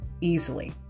easily